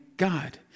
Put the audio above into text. God